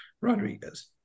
Rodriguez